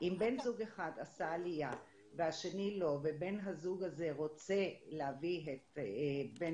אם בן זוג אחד עשה עלייה והשני לא ובן הזוג הזה רוצה להביא את בן